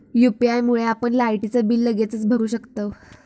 UPI मुळे आपण लायटीचा बिल लगेचच भरू शकतंव